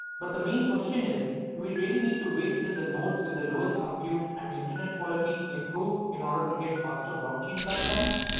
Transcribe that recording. but the main question is do we really need to wait till the nodes with the lowest compute and internet quality improve in order to get faster blockchain platforms?